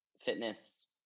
fitness